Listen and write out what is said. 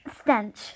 stench